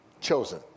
Chosen